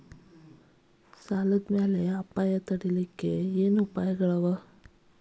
ಸಾಲದ್ ಮ್ಯಾಲಿನ್ ಅಪಾಯ ತಡಿಲಿಕ್ಕೆ ಏನ್ ಉಪಾಯ್ಗಳವ?